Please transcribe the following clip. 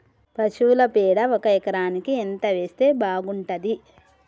పశువుల పేడ ఒక ఎకరానికి ఎంత వేస్తే బాగుంటది?